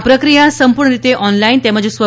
આ પ્રક્રિયા સંપુર્ણરીતે ઓનલાઇન તેમજ સ્વ